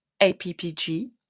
APPG